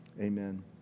amen